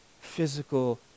physical